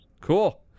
Cool